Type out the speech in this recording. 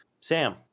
sam